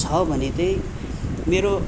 छ भने चाहिँ मेरो